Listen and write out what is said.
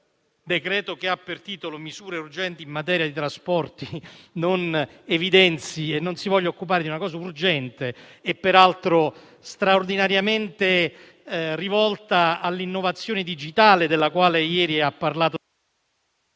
decreto-legge che reca come titolo misure urgenti in materia di trasporti non evidenzi e non si voglia occupare di una questione urgente, peraltro straordinariamente rivolta all'innovazione digitale della quale ieri ha parlato...